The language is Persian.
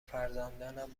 فرزندانم